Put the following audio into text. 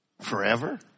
forever